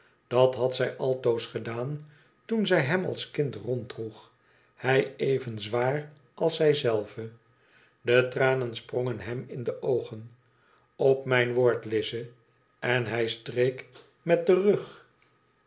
dat had zij altoos gedaan toen zij hem als kind ronddroeg hij even zwaar als zij zelve de tranen sprongen hem in de oogen op mijn woord lize en hij streek met den rug